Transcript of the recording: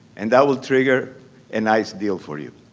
and that will trigger a nice deal for you.